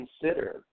consider